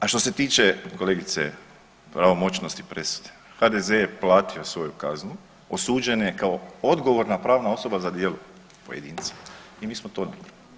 A što se tiče kolegice pravomoćnosti presude HDZ je platio svoju kaznu, osuđen je kao odgovorna pravna osoba za djelo pojedinca i mi smo to napravili.